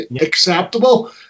acceptable